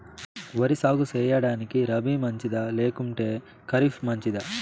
వరి సాగు సేయడానికి రబి మంచిదా లేకుంటే ఖరీఫ్ మంచిదా